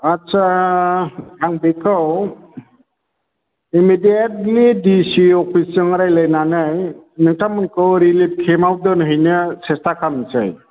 आस्सा आं बेखौ इमिदियेटलि डिसि अफिसजों रायज्लायनानै नोंथांमोनखौ रिलिफ केम्पआव दोनहैनो सेस्था खालामनिसै